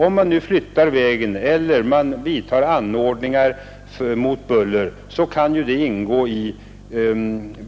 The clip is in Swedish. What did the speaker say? Om man av dessa orsaker ändrar eller flyttar vägen eller vidtar anordningar mot buller kan det